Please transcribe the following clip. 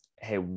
hey